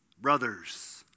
brothers